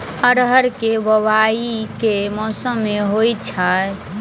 अरहर केँ बोवायी केँ मौसम मे होइ छैय?